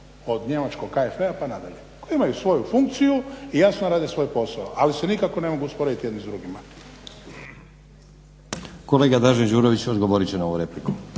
od Njemačkog KFV-a pa na dalje, koji imaju svoju funkciju i jasno rade svoj posao. Ali se nikako ne mogu usporediti jedni s drugima.